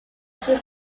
sus